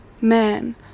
man